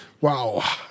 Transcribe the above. Wow